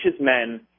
men